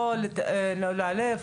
לא להיעלב,